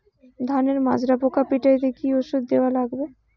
ধানের মাজরা পোকা পিটাইতে কি ওষুধ দেওয়া লাগবে?